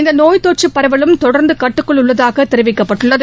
இந்த நோய் தொற்று பரவலும் தொடர்ந்து கட்டுக்குள் உள்ளதாக தெரிவிக்கப்பட்டுள்ளது